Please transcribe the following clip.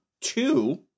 two